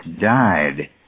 died